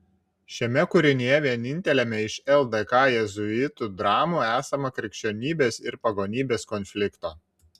šiame kūrinyje vieninteliame iš ldk jėzuitų dramų esama krikščionybės ir pagonybės konflikto